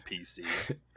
PC